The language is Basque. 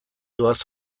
doaz